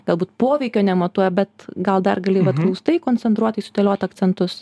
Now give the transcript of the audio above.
galbūt poveikio nematuoja bet gal dar gali vat glaustai koncentruotai sudėliot akcentus